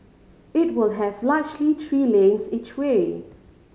it will have largely three lanes each way